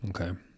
okay